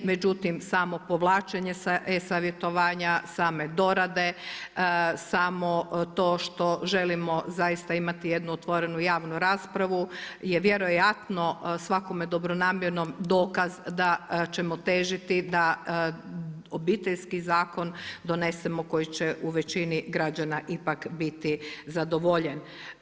Međutim samo povlačenje sa e-savjetovanja, same dorade, samo to što želim zaista imati jednu otvorenu javnu raspravu je vjerojatno svakome dobronamjernom dokaz da ćemo težiti da Obiteljski zakon koji će u većini građana ipak biti zadovoljen.